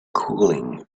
cooling